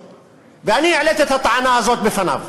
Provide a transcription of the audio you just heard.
ואני העליתי את הטענה הזאת בפניו,